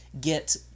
get